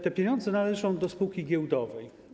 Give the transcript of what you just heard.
Te pieniądze należą do spółki giełdowej.